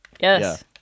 Yes